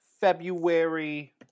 February